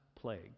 plague